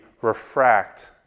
refract